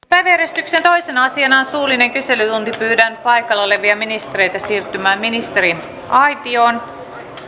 päiväjärjestyksen toisena asiana on suullinen kyselytunti pyydän paikalla olevia ministereitä siirtymään ministeriaitioon